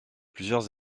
plusieurs